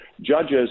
Judges